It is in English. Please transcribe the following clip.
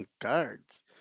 cards